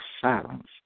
silence